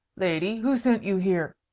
lady, who sent you here?